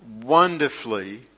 wonderfully